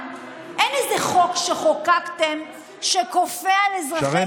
אין איזה חוק שחוקקתם וכופה על אזרחי ישראל,